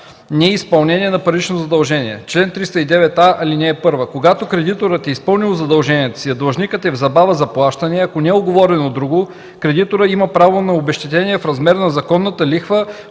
„Неизпълнение на парично задължение Чл. 309а. (1) Когато кредиторът е изпълнил задълженията си, а длъжникът е в забава за плащане, ако не е уговорено друго, кредиторът има право на обезщетение в размер на законната лихва